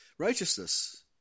Righteousness